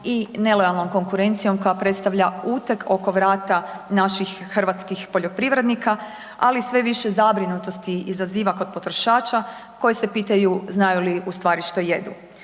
i nelojalnoj konkurencijom koja predstavlja uteg oko vrata naših hrvatskih poljoprivrednika ali i sve više zabrinutosti izaziva kod potrošača koji se pitaju znaju li ustvari što jedu.